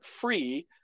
free